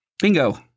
Bingo